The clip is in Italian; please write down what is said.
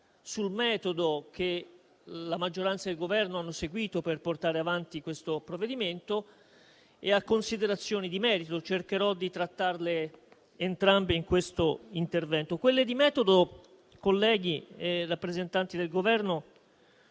sul metodo che la maggioranza e il Governo hanno seguito per portare avanti questo provvedimento e a considerazioni di merito. Cercherò di trattarle entrambe in questo intervento. Quelle di metodo, colleghi e rappresentanti del Governo,